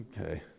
Okay